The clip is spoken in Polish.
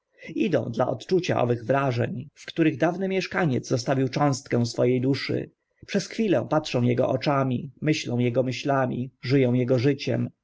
idą dla odczucia owych wrażeń w których dawny mieszkaniec zostawił cząstkę swo e duszy przez chwilę patrzą ego oczami myślą ego myślami ży ą ego życiem